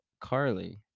Carly